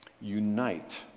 unite